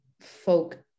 folk